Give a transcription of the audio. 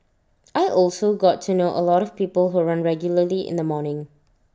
I also got to know A lot of people who run regularly in the morning